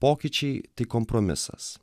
pokyčiai tai kompromisas